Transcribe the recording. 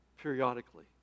periodically